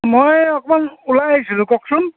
মই অকণমান ওলাই আহিছিলোঁ কওকচোন